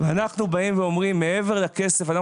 אנחנו באים ואומרים שמעבר לכסף אנחנו